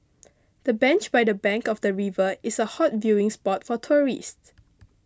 the bench by the bank of the river is a hot viewing spot for tourists